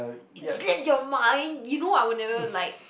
it slipped your mind you know I will never like